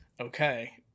Okay